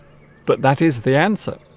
but that is the answer